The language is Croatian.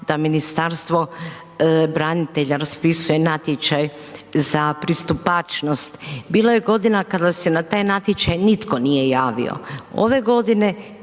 da Ministarstvo branitelja raspisuje natječaj za pristupačnost. Bilo je godina kada se na taj natječaj nitko nije javio. Ove godine,